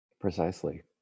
Precisely